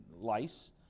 lice